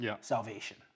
salvation